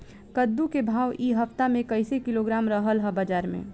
कद्दू के भाव इ हफ्ता मे कइसे किलोग्राम रहल ह बाज़ार मे?